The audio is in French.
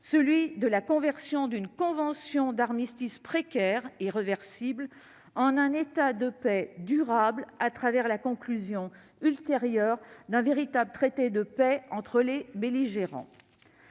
celui de la conversion d'une convention d'armistice précaire et réversible en un état de paix durable à travers la conclusion d'un véritable traité de paix entre les belligérants.